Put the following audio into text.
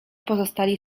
pozostali